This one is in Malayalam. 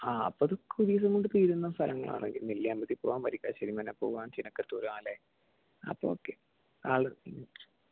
ആ അപ്പത് ഒരു ദിവസം കൊണ്ട് തീരുന്ന സ്ഥലങ്ങളാണ് നെല്ലിയാമ്പതി പോകാം വരിക്കാശ്ശേരി മനേ പോകാം അച്ചിനകത്തൂര് ആണല്ലേ അപ്പോൾ ഓക്കേ ആൾ